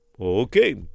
Okay